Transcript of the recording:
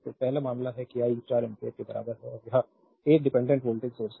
तो पहला मामला है कि आई 4 एम्पीयर के बराबर है और यह एक डिपेंडेंट वोल्टेज सोर्स है